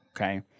Okay